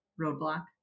roadblock